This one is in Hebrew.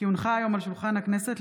כי הונחה היום על שולחן הכנסת,